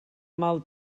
mal